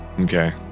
Okay